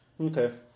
Okay